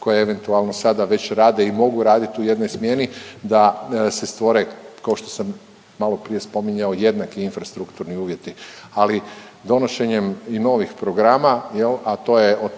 koje eventualno sada već rade i mogu raditi u jednoj smjeni da se stvore kao što sam maloprije spominjao jednaki infrastrukturni uvjeti, ali donošenjem i novih programa jel, a to je